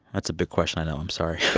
that's a big question, i know. i'm sorry